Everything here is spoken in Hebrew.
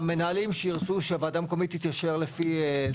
המנהלים שירצו שהוועדה המקומית תתיישר לפי זה,